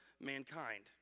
mankind